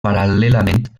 paral·lelament